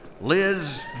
Liz